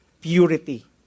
purity